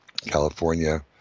California